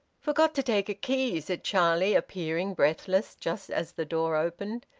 forgot to take a key, said charlie, appearing, breathless, just as the door opened.